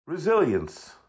Resilience